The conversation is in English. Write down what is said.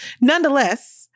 nonetheless